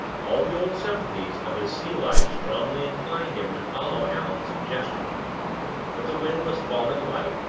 all the old sympathies of his sea-life strongly inclined him to follow allan's suggestion but the wind was falling light,